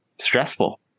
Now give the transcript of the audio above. stressful